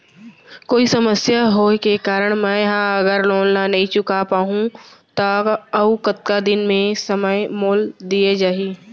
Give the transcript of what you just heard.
कोई समस्या होये के कारण मैं हा अगर लोन ला नही चुका पाहव त अऊ कतका दिन में समय मोल दीये जाही?